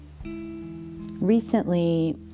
Recently